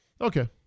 Okay